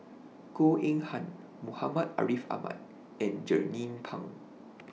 Goh Eng Han Muhammad Ariff Ahmad and Jernnine Pang